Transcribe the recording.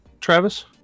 Travis